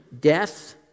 death